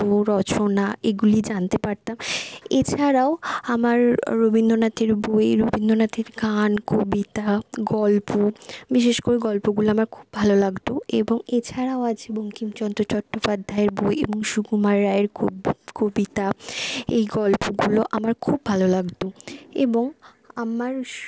রচনা এগুলি জানতে পারতাম এছাড়াও আমার রবীন্দ্রনাথের বই রবীন্দ্রনাথের গান কবিতা গল্প বিশেষ করে গল্পগুলো আমার খুব ভালো লাগতো এবং এছাড়াও আছে বঙ্কিমচন্দ্র চট্টোপাধ্যায়ের বই এবং সুকুমার রায়ের কবি কবিতা এই গল্পগুলো আমার খুব ভালো লাগতো এবং আমার